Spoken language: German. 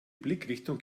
blickrichtung